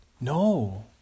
No